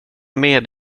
med